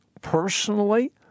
personally